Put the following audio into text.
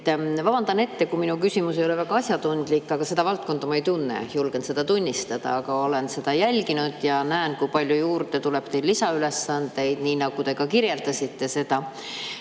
Vabandan ette, kui mu küsimus ei ole väga asjatundlik, aga seda valdkonda ma ei tunne, julgen seda tunnistada. Aga olen seda jälginud ja näen, kui palju teile tuleb juurde lisaülesandeid, nii nagu te ka kirjeldasite.